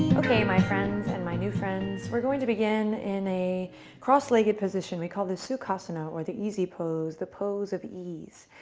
my friends and my new friends, we're going to begin in a cross-legged position we call this sukhasana, or the easy pose, the pose of ease.